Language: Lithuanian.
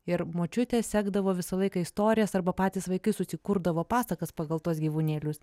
ir močiutė sekdavo visą laiką istorijas arba patys vaikai susikurdavo pasakas pagal tuos gyvūnėlius